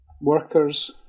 workers